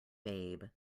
babe